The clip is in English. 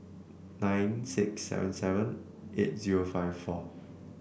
nine six seven seven eight zero five four